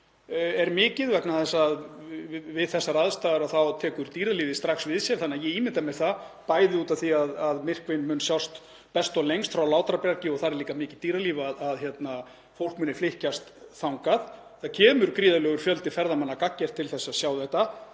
er mikið vegna þess að við þessar aðstæður þá tekur dýralífið strax við sér. Ég ímynda mér að bæði út af því að myrkvinn mun sjást best og lengst frá Látrabjargi og þar er líka mikið dýralíf þá muni fólk flykkjast þangað. Það kemur gríðarlegur fjöldi ferðamanna gagngert til að sjá þetta.